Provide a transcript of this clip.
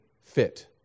fit